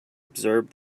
observe